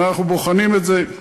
אנחנו בוחנים את זה,